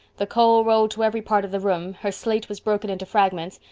the coal rolled to every part of the room, her slate was broken into fragments,